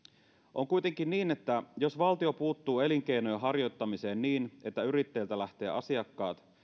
on kuitenkin niin että jos valtio puuttuu elinkeinojen harjoittamiseen niin että yrittäjiltä lähtee asiakkaat